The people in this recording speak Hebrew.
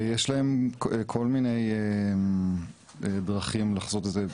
יש להם כל מיני דרכים לחזות את זה,